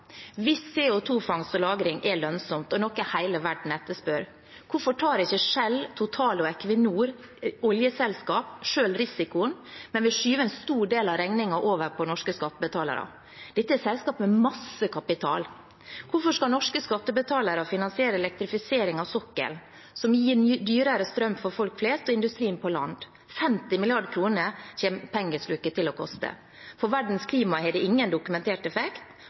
Hvis CO 2 -fangst og lagring er lønnsomt og noe hele verden etterspør, hvorfor tar ikke Shell, Total og Equinor, oljeselskapene selv, risikoen, men vil skyve en stor del av regningen over på norske skattebetalere? Dette er selskaper med masse kapital. Hvorfor skal norske skattebetalere finansiere elektrifisering av sokkelen, som vil gi dyrere strøm for folk flest og industrien på land? 50 mrd. kr kommer pengesluket til å koste. På verdens klima har det ingen dokumentert effekt,